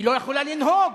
היא לא יכולה לנהוג,